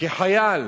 כחייל